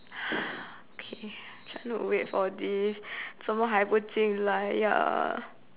okay trying to wait for this 怎么还不进来呀